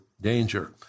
danger